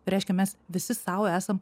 reiškia mes visi sau esam